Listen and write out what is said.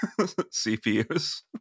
CPUs